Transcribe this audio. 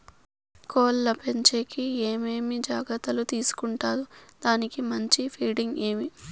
కోళ్ల పెంచేకి ఏమేమి జాగ్రత్తలు తీసుకొంటారు? దానికి మంచి ఫీడింగ్ ఏమి?